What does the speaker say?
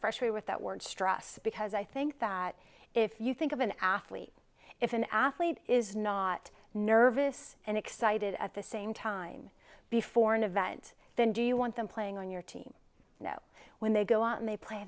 fresher with that word stress because i think that if you think of an athlete if an athlete is not nervous and excited at the same time before an event then do you want them playing on your team you know when they go out and they play